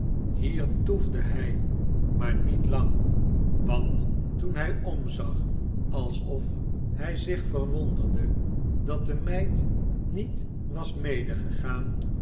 hier toefde hij maar niet lang want toen hij omzag alsof hij zich verwonderde dat de meid niet was